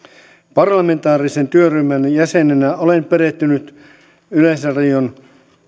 parlamentaarisen työryhmän jäsenenä olen perehtynyt yleisradion